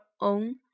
own